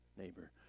neighbor